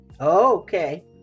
okay